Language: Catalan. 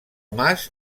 mas